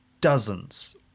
dozens